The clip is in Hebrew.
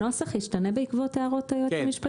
הנוסח ישתנה בעקבות ההערות, היועץ המשפטי?